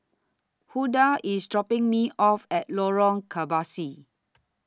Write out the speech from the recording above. Huldah IS dropping Me off At Lorong Kebasi